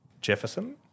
Jefferson